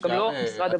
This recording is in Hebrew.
וגם לא משרד הבריאות.